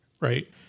right